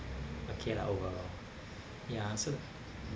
okay lah overall yeah so